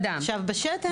ובשתן?